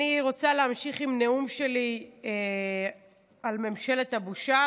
אני רוצה להמשיך עם הנאום שלי על ממשלת הבושה,